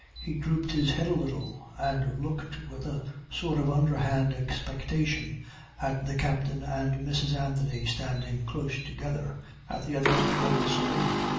he drooped his head a little, and looked with a sort of underhand expectation at the captain and mrs. anthony standing close together at the other end of the saloon.